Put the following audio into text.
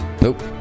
Nope